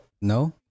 no